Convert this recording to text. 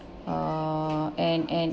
err and and